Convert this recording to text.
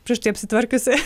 prieš tai apsitvarkiusi